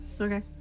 Okay